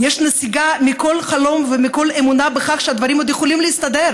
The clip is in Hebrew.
יש נסיגה מכל חלום ומכל אמונה בכך שהדברים עוד יכולים להסתדר